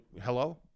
Hello